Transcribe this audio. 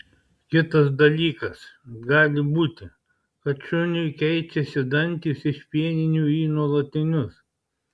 kitas dalykas gali būti kad šuniui keičiasi dantys iš pieninių į nuolatinius